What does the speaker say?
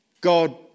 God